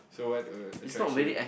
so what uh attracts you